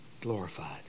glorified